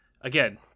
Again